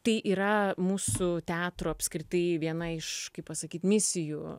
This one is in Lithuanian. tai yra mūsų teatro apskritai viena iš kaip pasakyt misijų